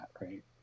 right